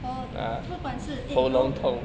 ho~ 不管是 eh do~